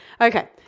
Okay